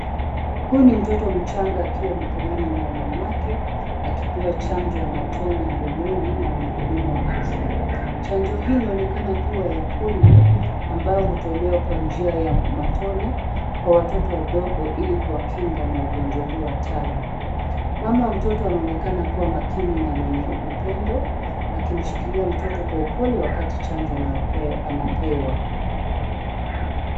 Huyu ni mtoto mchanga akiwa mikonono mwa mamake akipewa chango ya matone mdomoni na mhudumu wa afya. Chanjo hii inaonekana kuwa ya polio ambayo hutolewa kwa njia ya matone kwa watoto wadogo ili kuwakinga na ugonjwa huu hatari. Mama wa mtoto anaonekana kuwa makini na mwenye upendo akimshikilia mtoto kwa upole wakati chanjo anapewa.